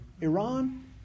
Iran